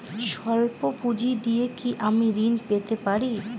সল্প পুঁজি দিয়ে কি আমি ঋণ পেতে পারি?